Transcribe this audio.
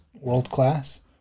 world-class